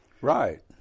Right